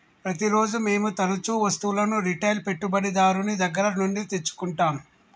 ప్రతిరోజూ మేము తరుచూ వస్తువులను రిటైల్ పెట్టుబడిదారుని దగ్గర నుండి తెచ్చుకుంటం